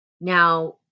now